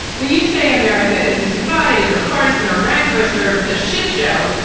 when you say america is divided or partisan or rancorous or a shit show,